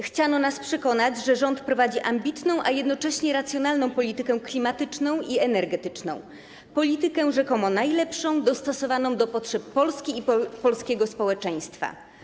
Chciano nas przekonać, że rząd prowadzi ambitną, a jednocześnie racjonalną politykę klimatyczną i energetyczną, politykę rzekomo najlepszą, dostosowaną do potrzeb Polski i polskiego społeczeństwa.